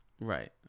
Right